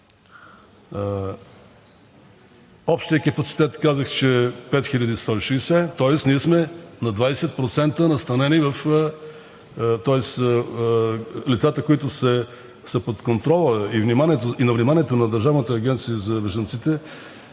Общият капацитет казах, че е 5160, тоест ние сме на 20% настанени, тоест лицата, които са под контрола и на вниманието на Държавната агенция за бежанците